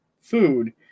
food